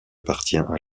appartient